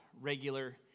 regular